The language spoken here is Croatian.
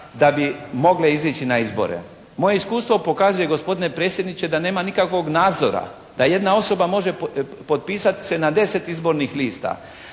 da bi mogle izići na izbore. Moje iskustvo pokazuje gospodine predsjedniče da nema nikakvog nadzora, da jedna osoba može potpisati se na 10 izbornih lista,